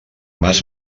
mas